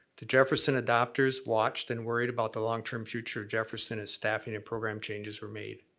the jefferson adopters watched and worried about the longterm future jefferson is staffing and program changes were made.